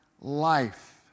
life